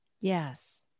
Yes